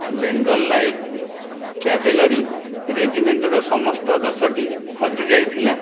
Bengal light cavalry ରେଜିମେଣ୍ଟର ସମସ୍ତ ଦଶଟି ହଜିଯାଇଥିଲା